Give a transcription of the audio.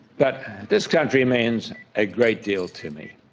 but this country means a great deal to me.